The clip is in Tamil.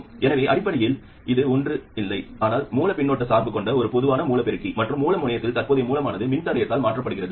எனவே அடிப்படையில் இது ஒன்றும் இல்லை ஆனால் மூல பின்னூட்ட சார்பு கொண்ட ஒரு பொதுவான மூல பெருக்கி மற்றும் மூல முனையத்தில் தற்போதைய மூலமானது மின்தடையத்தால் மாற்றப்படுகிறது